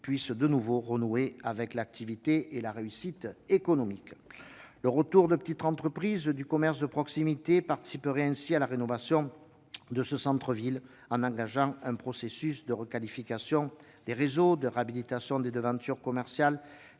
puisse renouer avec l'attractivité et la réussite économique. Le retour de petites entreprises et du commerce de proximité contribuerait à la rénovation du centre-ville en engageant un processus de requalification des réseaux, de réhabilitation des devantures commerciales